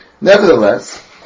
Nevertheless